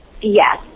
Yes